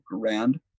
grand